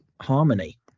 harmony